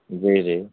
جی جی